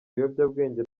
ibiyobyabwenge